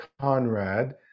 Conrad